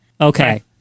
Okay